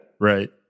Right